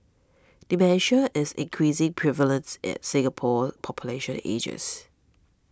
dementia is increasingly prevalence at Singapore's population ages